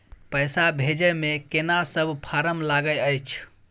पैसा भेजै मे केना सब फारम लागय अएछ?